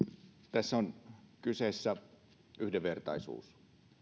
tässä on kyseessä yhdenvertaisuus